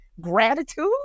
gratitude